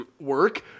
work